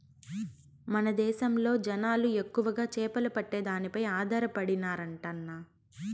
మన దేశంలో జనాలు ఎక్కువగా చేపలు పట్టే దానిపై ఆధారపడినారంటన్నా